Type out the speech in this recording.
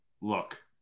Look